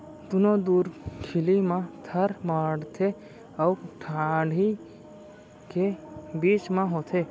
दुनो धुरखिली म थर माड़थे अउ डांड़ी के बीच म होथे